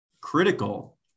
critical